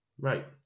right